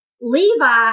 Levi